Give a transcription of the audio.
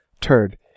turd